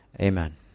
Amen